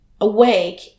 awake